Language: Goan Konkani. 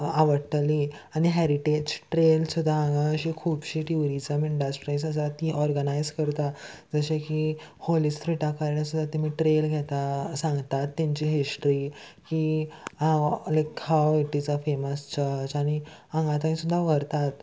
आवडटली आनी हॅरिटेज ट्रेल सुद्दां हांगा अशी खुबशी ट्युरिजम इंडस्ट्रीज आसा ती ऑर्गनायज करता जशें की होली स्त्रीटा कारण सुद्दां तेमी ट्रेल घेता सांगतात तेंची हिस्ट्री की हांव लायक खाव it is a famous church आनी हांगा थंय सुद्दां व्हरतात